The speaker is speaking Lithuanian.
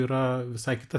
yra visai kita